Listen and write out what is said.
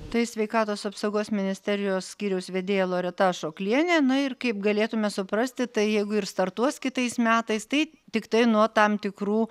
tai sveikatos apsaugos ministerijos skyriaus vedėja loreta ašoklienė na ir kaip galėtume suprasti tai jeigu ir startuos kitais metais tai tiktai nuo tam tikrų